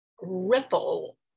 ripple